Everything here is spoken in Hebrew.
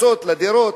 פריצות לדירות,